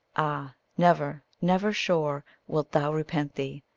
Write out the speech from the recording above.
ah, never, never, sure, wilt thou repent thee,